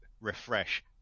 refresh